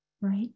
Right